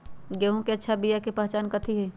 गेंहू के अच्छा बिया के पहचान कथि हई?